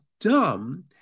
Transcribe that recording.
dumb